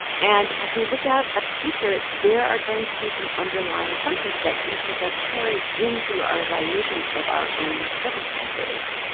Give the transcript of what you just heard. and, as we look out at the future, there are going to be some underlying assumptions that each of us carry into our evaluations of our own circumstances,